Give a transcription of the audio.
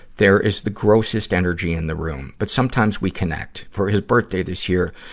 there is the grossest energy in the room. but sometimes we connect. for his birthday this year,